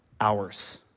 hours